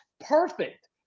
perfect